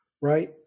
right